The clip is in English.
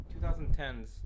2010s